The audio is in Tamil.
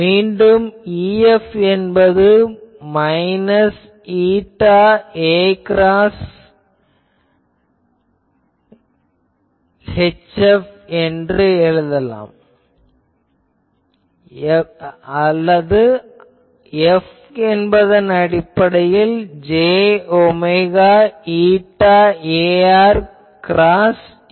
மீண்டும் EF என்பது மைனஸ் η ar கிராஸ் HF என்று கூறலாம் அல்லது F என்பதன் அடிப்படையில் j omega η ar cross F